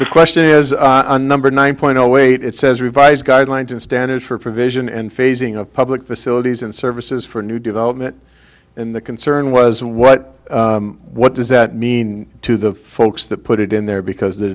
the question is a number nine point zero weight it says revise guidelines and standards for provision and phasing of public facilities and services for new development and the concern was what what does that mean to the folks that put it in there because the